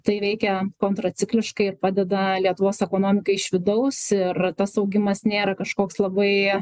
tai veikia kontracikliškai ir padeda lietuvos ekonomikai iš vidaus ir tas augimas nėra kažkoks labai